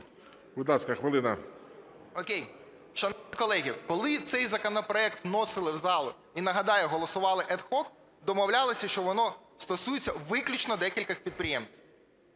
ЖЕЛЕЗНЯК Я.І. О'кей. Шановні колеги, коли цей законопроект вносили в зал і, нагадаю, голосували ad hoc, домовлялися, що воно стосується виключно декількох підприємств.